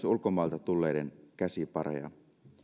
ulkomailta tulleiden käsipareja